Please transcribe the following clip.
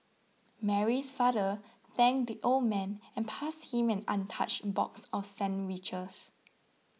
Mary's father thanked the old man and passed him an untouched box of sandwiches